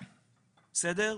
בסדר?